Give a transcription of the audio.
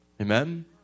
Amen